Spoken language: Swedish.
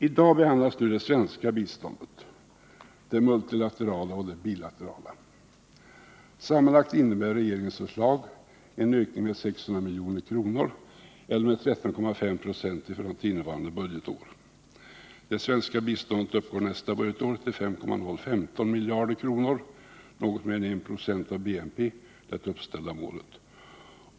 I dag behandlas nu det svenska biståndet, det multilaterala och det bilaterala. Sammanlagt innebär regeringens förslag en ökning med 600 milj.kr. eller med 13,5 20 i förhållande till innevarande budgetår. Det svenska biståndet uppgår nästa budgetår till 5,015 miljarder kronor — något mer än 190 av BNP, det uppställda målet.